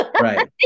Right